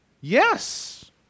Yes